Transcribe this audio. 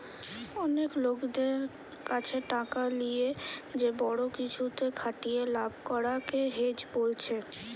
অনেক লোকদের কাছে টাকা লিয়ে যে বড়ো কিছুতে খাটিয়ে লাভ করা কে হেজ বোলছে